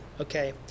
Okay